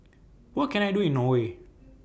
What Can I Do in Norway